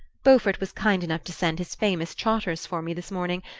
beaufort was kind enough to send his famous trotters for me this morning,